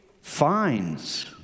finds